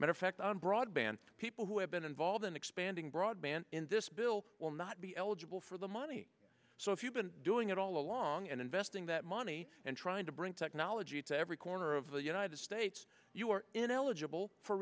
affect on broadband people who have been involved in expanding broadband in this bill will not be eligible for the money so if you've been doing it all along and investing that money and trying to bring technology to every corner of the united states you are ineligible for